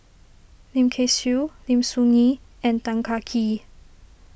Lim Kay Siu Lim Soo Ngee and Tan Kah Kee